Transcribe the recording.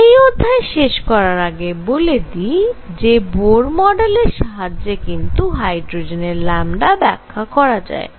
এই অধ্যায় শেষ করার আগে বলে দিই যে বোর মডেলের সাহায্যে কিন্তু হাইড্রোজেনের ল্যামডা ব্যাখ্যা করা যায়